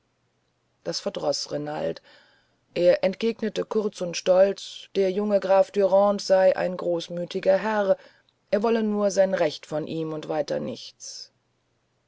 das verdroß renald er entgegnete kurz und stolz der junge graf dürande sei ein großmütiger herr er wolle nur sein recht von ihm und weiter nichts